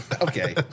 Okay